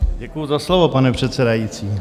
Děkuji za slovo, pane předsedající.